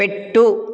పెట్టు